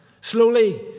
Slowly